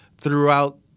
throughout